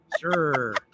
Sure